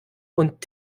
und